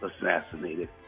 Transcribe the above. assassinated